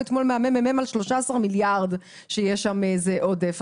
אתמול מהממ"מ על 13 מיליארד שיש שם עודף.